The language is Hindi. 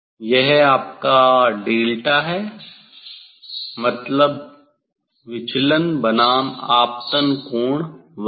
यह आपका डेल्टा है मतलब विचलन बनाम आपतन कोण वक्र